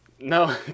No